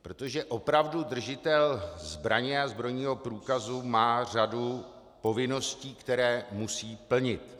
Protože opravdu držitel zbraně a zbrojního průkazu má řadu povinností, které musí plnit.